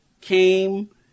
came